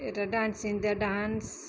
यता dance India dance